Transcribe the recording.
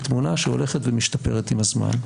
היא תמונה שהולכת ומשתפרת עם הזמן.